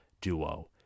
duo